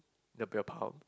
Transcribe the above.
there'll be a pout